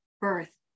birth